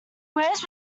wears